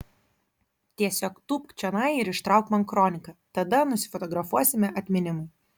tiesiog tūpk čionai ir ištrauk man kroniką tada nusifotografuosime atminimui